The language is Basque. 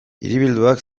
hiribilduak